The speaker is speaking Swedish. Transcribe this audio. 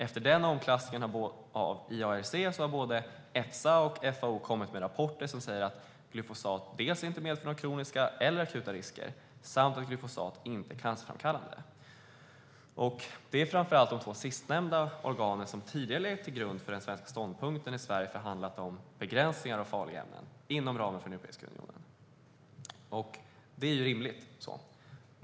Efter den omklassningen av IARC har både Efsa och FAO kommit med rapporter som säger att glyfosat varken medför några kroniska eller akuta risker eller är cancerframkallande. Det är framför allt de två sistnämnda organens bedömningar som tidigare legat till grund för den svenska ståndpunkten när Sverige förhandlat om begränsningar för farliga ämnen inom ramen för Europeiska unionen. Det är rimligt.